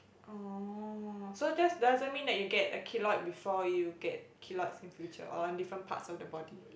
oh so just doesn't mean that you get a keloid before you get keloids in future or on different parts of the body